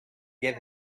get